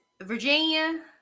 Virginia